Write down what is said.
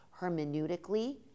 hermeneutically